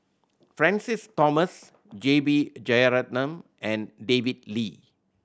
Francis Thomas J B Jeyaretnam and David Lee